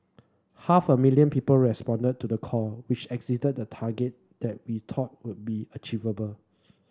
half a million people responded to the call which exceeded the target that we thought would be achievable